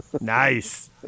Nice